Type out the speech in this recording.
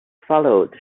followed